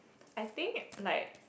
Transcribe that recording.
I think like